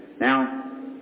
Now